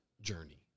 journey